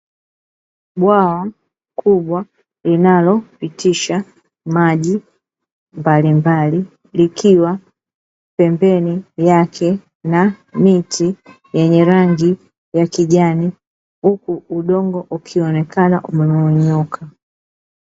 Bwawa kubwa linalopitisha maji mbalimbali, likiwa pembeni yake, na miti yenye rangi ya kijani, huku udongo ukionekana umemomonyoka.